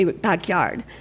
backyard